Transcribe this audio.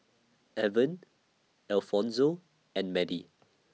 Evan Alfonzo and Madie